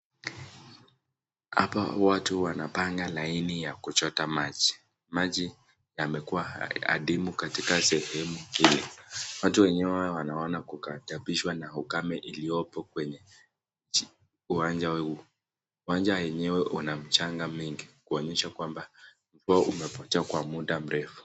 Hapa watu wanapanga laini ya kuchota maji. Maji yamekuwa hadimu katika sehemu hili. Watu wenyewe wanaona kugadhambishwa na ukame iliopo kwenye uwanja huu. Uwanja yenyewe una mchanga mingi, kuonyesha kwamba mvua umepotea kwa muda mrefu.